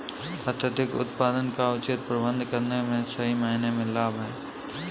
अत्यधिक उत्पादन का उचित प्रबंधन करने से सही मायने में लाभ दिखेगा